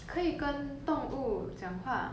可以跟动物讲话